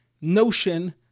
notion